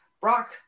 brock